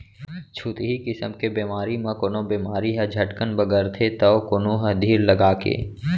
छुतही किसम के बेमारी म कोनो बेमारी ह झटकन बगरथे तौ कोनो ह धीर लगाके